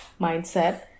mindset